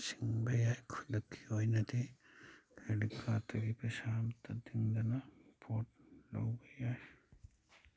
ꯁꯤꯡꯕ ꯌꯥꯏ ꯈꯨꯗꯛꯀꯤ ꯑꯣꯏꯅꯗꯤ ꯀ꯭ꯔꯦꯗꯤꯠ ꯀꯥꯔꯠꯇꯒꯤ ꯄꯩꯁꯥ ꯑꯃꯇ ꯇꯤꯡꯗꯅ ꯄꯣꯠ ꯂꯧꯕ ꯌꯥꯏ